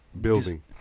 building